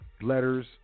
letters